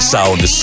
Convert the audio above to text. Sound